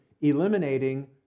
eliminating